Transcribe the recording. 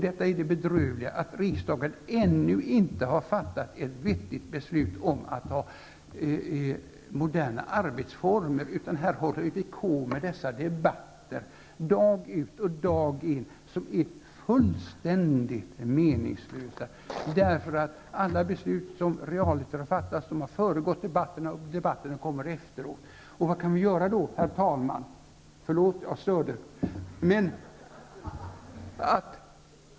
Detta är det bedrövliga, dvs. att riksdagen ännu inte har fattat ett riktigt beslut om att tillämpa moderna arbetsformer. Här håller vi på med dessa debatter, dag ut och dag in, som är fullständigt meningslösa. Alla beslut har realiter fattats före debatten, och debatterna kommer efteråt. Vad kan vi då göra? Herr talman! Förlåt att jag störde.